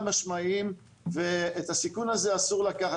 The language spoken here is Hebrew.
משמעיים ואת הסיכון הזה אסור לקחת.